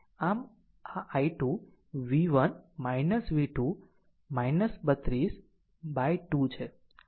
આમ આ i2 v1 v2 32 by 2 છે